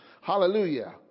Hallelujah